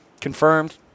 confirmed